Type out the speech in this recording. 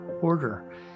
order